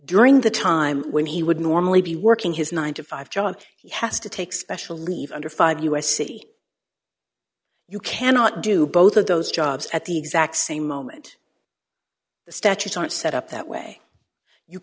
during the time when he would normally be working his nine to five job has to take special leave under five u s c you cannot do both of those jobs at the exact same moment the statutes aren't set up that way you